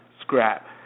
Scrap